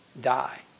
die